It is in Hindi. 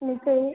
नहीं तो ये